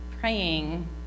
praying